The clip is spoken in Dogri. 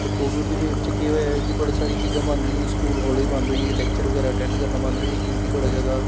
ते कोविड दी वेव च केह् होएआ ऐ कि बड़ी सारी चीजां बंद होई गेइयां स्कूल कालज बंद होई गे लैक्चर बगैरा अटैंड करना बंद होई गे क्योंकि बड़ा जैदा